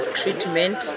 treatment